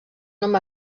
nom